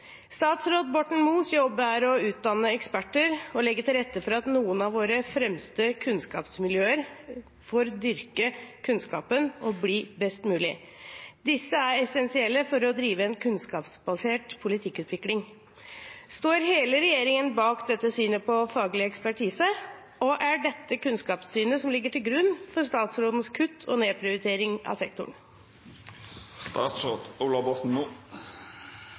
Statsråd Borten Moes jobb er å utdanne eksperter og legge til rette for at noen av våre fremste kunnskapsmiljøer får dyrke kunnskapen og bli best mulig. Disse er essensielle for å drive en kunnskapsbasert politikkutvikling. Står hele regjeringen bak dette synet på faglig ekspertise, og er dette kunnskapssynet som ligger til grunn for statsrådens kutt og nedprioritering av